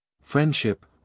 Friendship